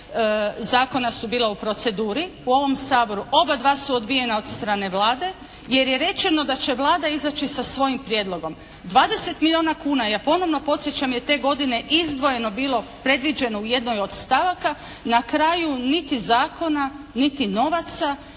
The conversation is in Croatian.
zakona su bila u proceduri u ovom Saboru. Oba dva su odbijena od strane Vlade, jer je rečeno da će Vlada izaći sa svojim prijedlogom. 20 milijuna kuna ja ponovno podsjećam je te godine izdvojeno bilo, predviđeno u jednoj od stavaka. Na kraju niti zakona, niti novaca.